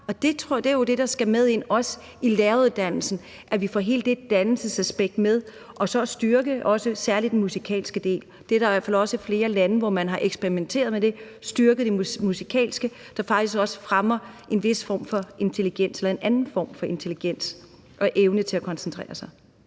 det er jo det, som også skal med ind i læreruddannelsen, altså at vi får hele det dannelsesaspekt med. Og så skal vi styrke særlig den musikalske del. Der er også flere lande, hvor man har eksperimenteret med at styrke det musikalske, og det viser sig, at det faktisk fremmer en anden form for intelligens og evne til at koncentrere sig.